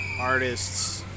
artists